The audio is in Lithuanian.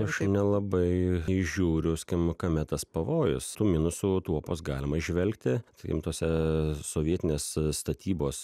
aš nelabai įžiūriu skim kame tas pavojus tų minusų tuopos galima įžvelgti sakim tuose sovietinės statybos